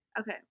Okay